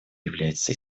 является